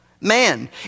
man